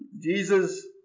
Jesus